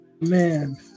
man